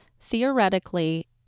theoretically